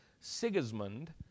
Sigismund